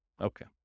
Okay